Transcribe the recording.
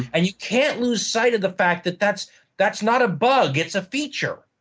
and you can't lose sight of the fact that that's that's not a bug, it's a feature.